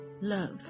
love